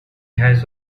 has